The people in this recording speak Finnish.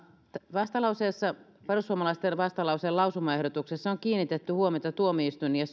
perussuomalaisten vastalauseen lausumaehdotuksessa on kiinnitetty huomiota tuomioistuin ja